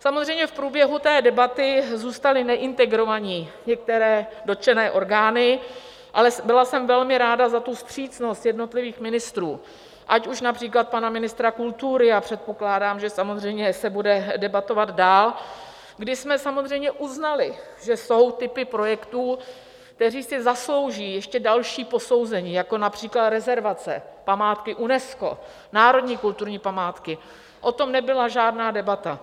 Samozřejmě v průběhu té debaty zůstaly neintegrované některé dotčené orgány, ale byla jsem velmi ráda za vstřícnost jednotlivých ministrů, ať už například pana ministra kultury, a předpokládám, že samozřejmě se bude debatovat dál, když jsme samozřejmě uznali, že jsou typy projektů, které si zaslouží ještě další posouzení jako například rezervace, památky UNESCO, národní kulturní památky, o tom nebyla žádná debata.